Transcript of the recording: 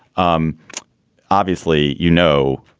um obviously, you know,